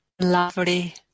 lovely